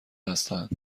هستند